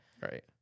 Right